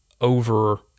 over-